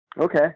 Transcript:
Okay